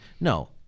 no